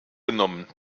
genommen